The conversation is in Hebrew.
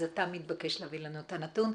אז אתה מתבקש להביא לנו את הנתון.